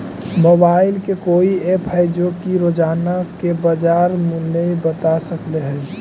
Mobile के कोइ app है जो कि रोजाना के बाजार मुलय बता सकले हे?